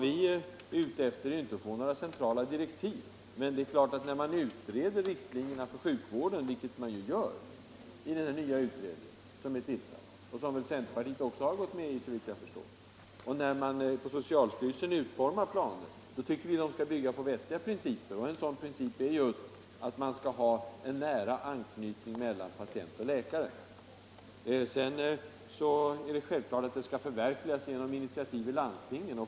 Vi är inte ute efter några centrala direktiv, men när man utreder riktlinjerna för sjukvården, vilket man gör i den nya kommitté som, såvitt jag förstår, även centerpartiet är representerat i, och när socialstyrelsen utformar planer tycker vi att de skall bygga på vettiga principer. En sådan princip är just att det skall vara en nära anknytning mellan patient och läkare. Sedan är det självklart att planerna skall förverkligas genom initiativ i landstingen.